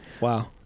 Wow